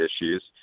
issues